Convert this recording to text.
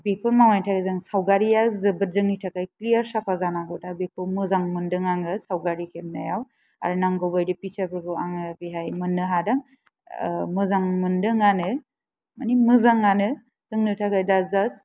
बेखौ मावनो थाखाय जों सावगारिया जोबोद जोंनि थाखाय क्लियार साफा जानांगौ दा बेखौ मोजां मोनदों आङो सावगारि खेबनायाव आरो नांगौ बायदि फिचारफोरबो आङो बेवहाय मोननो हादों मोजां मोनदों आनो मानि मोजाङानो जोंनि थाखाय दा जास्ट